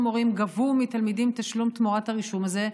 מורים גבו מתלמידים תשלום תמורת הרישום הזה,